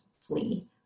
flee